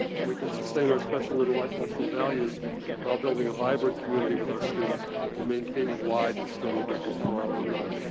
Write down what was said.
and we can sustain our special like intellectual values while building a vibrant community with our students and maintaining wide and sturdy bridges to our alumni.